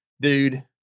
Dude